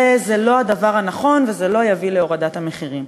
וזה לא הדבר הנכון וזה לא יביא להורדת המחירים.